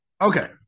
Okay